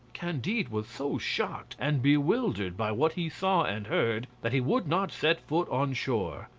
candide was so shocked and bewildered by what he saw and heard, that he would not set foot on shore,